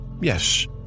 Yes